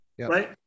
right